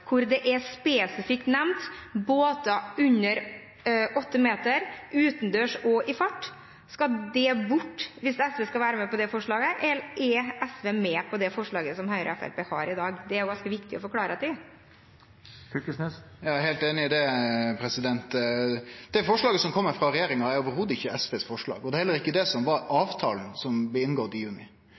hvor det er spesifikt nevnt båter under åtte meter, utendørs, og i fart? Skal det bort hvis SV skal være med på forslaget, eller er SV med på det forslaget som Høyre og Fremskrittspartiet har i dag? Det er det ganske viktig å få klarhet i. Eg er heilt einig i det. Det forslaget som kjem frå regjeringa, er slett ikkje SV sitt forslag, og det er heller ikkje det som var avtalen som blei inngått i juni.